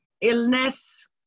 illness